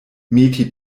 meti